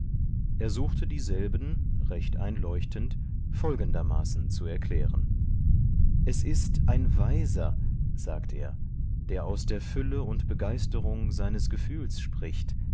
er suchte dieselben recht einleuchtend folgendermaßen zu erklären es ist ein weiser sagt er der aus der fülle und begeisterung seines gefühls spricht